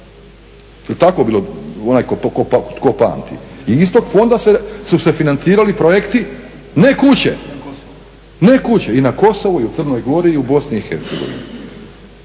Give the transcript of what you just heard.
tako bilo onaj tko pamti? I iz tog fonda su se financirali projekti, ne kuće. I na Kosovu i u Crnoj Gori i u Bosni i Hercegovini.